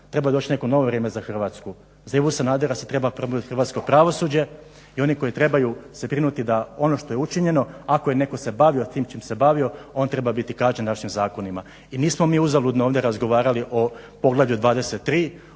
Treba doći neko novo vrijeme za Hrvatsku. Za Ivu Sanadera se treba pobrinut hrvatsko pravosuđe. I oni koji trebaju se brinuti da ono što je učinjeno ako je netko se bavio tim čim se bavio on treba biti kažnjen najvišim zakonima. I nismo mi uzaludno ovdje razgovarali o Poglavlju 23.,